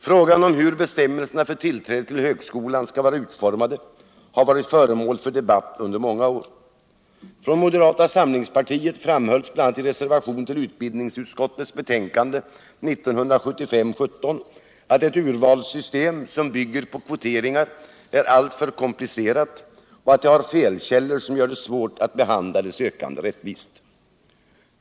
Frågan om hur bestämmelserna för tillträde till högskolan skall vara alltför komplicerat och att det har felkällor som gör det svårt att behandla de sökande rättvist.